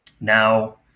Now